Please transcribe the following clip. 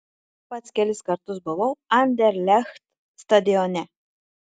pats kelis kartus buvau anderlecht stadione